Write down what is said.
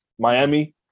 Miami